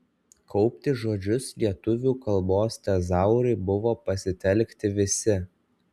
kaupti žodžius lietuvių kalbos tezaurui buvo pasitelkti visi